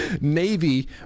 Navy